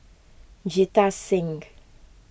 Jita Think